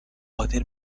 قادر